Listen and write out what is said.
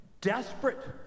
desperate